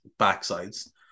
backsides